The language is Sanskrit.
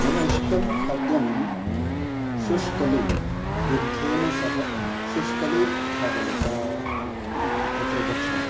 मम इष्टं खाद्यं शुष्कली दुग्धेन सह शुष्कली खादनं तत्र भक्षणं